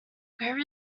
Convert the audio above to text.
where